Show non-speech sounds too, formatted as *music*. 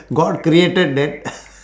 god created that *noise*